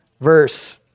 verse